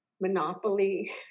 monopoly